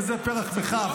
וזה פרך בכ"ף,